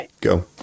Go